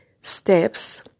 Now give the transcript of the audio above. steps